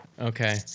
Okay